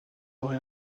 aurait